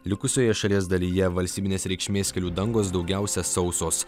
likusioje šalies dalyje valstybinės reikšmės kelių dangos daugiausia sausos